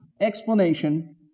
explanation